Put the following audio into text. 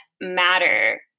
matter